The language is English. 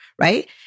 right